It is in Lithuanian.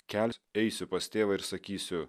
kels eisiu pas tėvą ir sakysiu